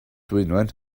dwynwen